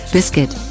Biscuit